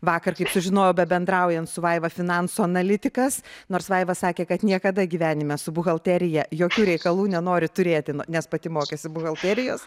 vakar sužinojau bebendraujant su vaiva finansų analitikas nors vaiva sakė kad niekada gyvenime su buhalterija jokių reikalų nenori turėti nes pati mokėsi buhalterijos